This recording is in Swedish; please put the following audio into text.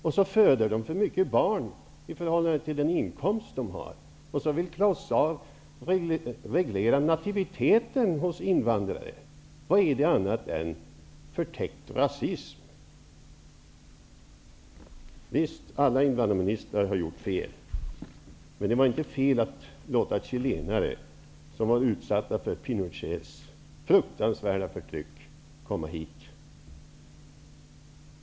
Och de föder för många barn i förhållande till den inkomst de har. Claus Zaar vill reglera nativiteten hos invandrare; vad är det annat än förtäckt rasism? Alla invandrarministrar har nog gjort fel. Men det var inte fel att låta chilenare som var utsatta för Pinochets fruktanvärda förtryck komma hit.